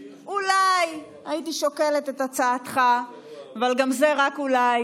אדוני כבוד השר, כבוד השר, בבקשה, אדוני.